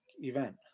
event